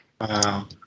Wow